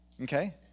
okay